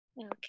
Okay